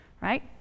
right